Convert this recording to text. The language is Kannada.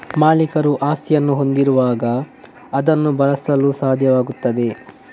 ಮಾಲೀಕರು ಆಸ್ತಿಯನ್ನು ಹೊಂದಿರುವಾಗ ಅದನ್ನು ಬಳಸಲು ಸಾಧ್ಯವಾಗುತ್ತದೆ